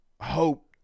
hope